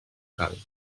cal